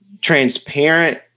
transparent